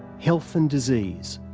health and disease,